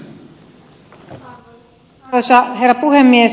arvoisa herra puhemies